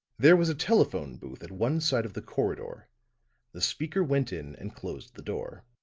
there was a telephone booth at one side of the corridor the speaker went in and closed the door.